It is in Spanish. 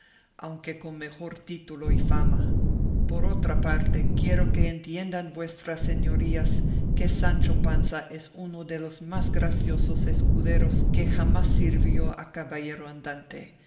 aunque con mejor título y fama por otra parte quiero que entiendan vuestras señorías que sancho panza es uno de los más graciosos escuderos que jamás sirvió a caballero andante